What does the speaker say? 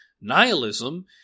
Nihilism